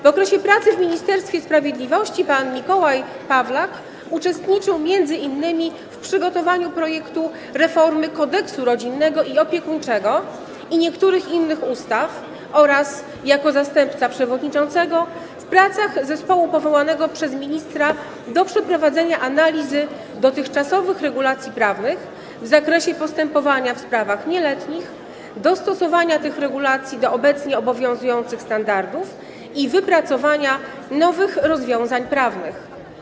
W okresie pracy w Ministerstwie Sprawiedliwości pan Mikołaj Pawlak uczestniczył m.in. w przygotowaniu projektu reformy Kodeksu rodzinnego i opiekuńczego i niektórych innych ustaw oraz jako zastępca przewodniczącego - w pracach zespołu powołanego przez ministra do przeprowadzenia analizy dotychczasowych regulacji prawnych w zakresie postępowania w sprawach nieletnich, dostosowania tych regulacji do obecnie obowiązujących standardów i wypracowania nowych rozwiązań prawnych.